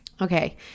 Okay